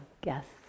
guests